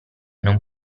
non